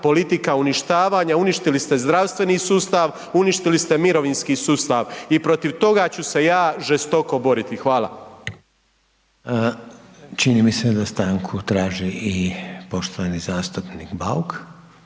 politika uništavanja, uništili ste zdravstveni sustav, uništili ste mirovinski sustav i protiv toga ću se ja žestoko boriti. Hvala. **Reiner, Željko (HDZ)** Čini mi se da stanku traži i poštovani zastupnik Bauk.